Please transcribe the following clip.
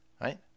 Right